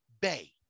bay